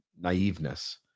naiveness